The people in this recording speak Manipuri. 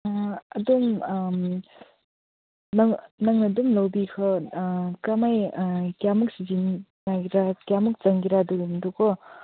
ꯑꯗꯨꯝ ꯅꯪ ꯅꯪ ꯑꯗꯨꯝ ꯂꯧꯕꯤꯈ꯭ꯔꯣ ꯀꯔꯝꯍꯥꯏ ꯀꯌꯥꯃꯨꯛ ꯁꯤꯖꯤꯟꯅꯒꯗ꯭ꯔꯥ ꯀꯌꯥꯃꯨꯛ ꯀꯌꯥꯃꯨꯛ ꯆꯪꯒꯦꯔꯥ ꯑꯗꯨꯒꯨꯝꯕꯗꯨꯀꯣ